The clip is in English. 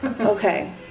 Okay